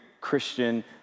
Christian